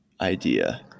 idea